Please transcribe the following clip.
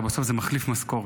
הרי בסוף זה מחליף משכורת,